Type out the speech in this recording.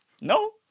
no